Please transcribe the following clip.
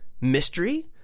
mystery